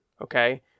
okay